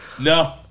No